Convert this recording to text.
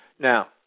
Now